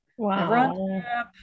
Wow